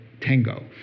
tango